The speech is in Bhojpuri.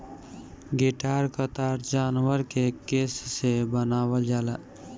गिटार क तार जानवर के केस से बनावल जाला